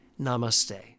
Namaste